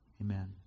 Amen